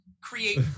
create